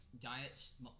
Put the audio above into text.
diets